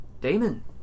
Damon